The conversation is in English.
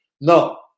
no